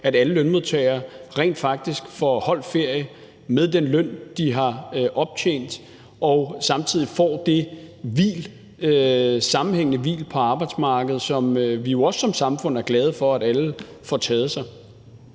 at alle lønmodtagere rent faktisk får holdt ferie med den løn, de har optjent, og samtidig får det sammenhængende hvil på arbejdsmarkedet, som vi også som samfund er glade for at alle får taget sig.